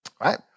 Right